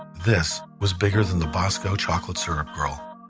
this was bigger than the bosco chocolate syrup girl.